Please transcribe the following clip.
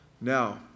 now